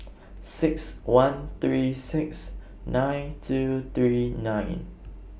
six one three six nine two three nine